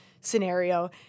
scenario